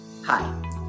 Hi